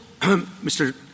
Mr